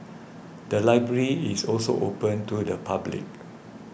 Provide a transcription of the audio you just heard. the library is also open to the public